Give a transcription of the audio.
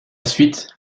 suite